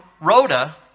Rhoda